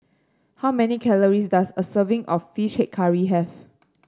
how many calories does a serving of fish head curry have